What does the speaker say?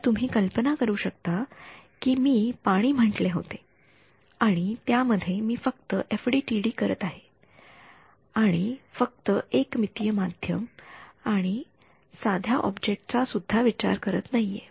तर तुम्ही कल्पना करू शकता कि मी पाणी म्हंटले होते आणि त्या मध्ये मी फक्त एफडीटीडी करत आणि फक्त एक मितीय माध्यम आपण सध्या ऑब्जेक्ट चा सुद्धा विचार करत नाहीये